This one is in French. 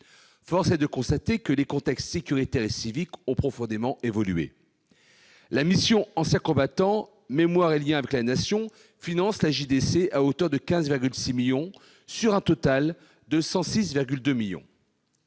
Force est de constater que les contextes sécuritaire et civique ont profondément évolué. La mission « Anciens combattants, mémoire et liens avec la Nation » finance la JDC à hauteur de 15,6 millions sur un total de 106,2 millions.